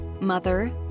mother